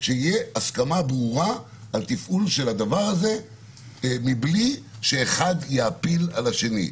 שתהיה הסכמה ברורה על תפעול של הדבר הזה בלי שאחד יאפיל על השני.